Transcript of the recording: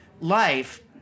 life